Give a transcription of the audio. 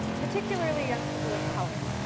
particularly young people of color,